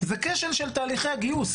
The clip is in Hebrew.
זה כשל של תהליכי הגיוס.